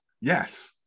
Yes